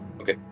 Okay